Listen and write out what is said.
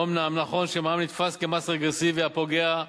אומנם נכון שמע"מ נתפס כמס רגרסיבי, פוגע.